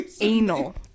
anal